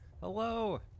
Hello